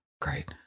great